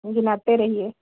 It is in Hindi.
गिनाते रहिए